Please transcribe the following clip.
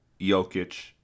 Jokic